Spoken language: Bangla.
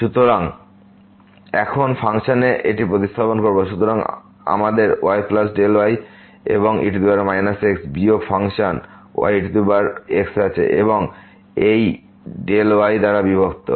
সুতরাং এখন ফাংশনে এটি প্রতিস্থাপন করবো সুতরাং আমাদের yy এবং e x বিয়োগ ফাংশন y ex আছে এবং এই y দ্বারা বিভক্ত